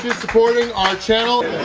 supporting our channel!